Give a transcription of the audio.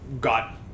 got